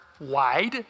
wide